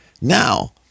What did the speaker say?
now